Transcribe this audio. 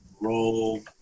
roll